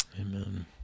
Amen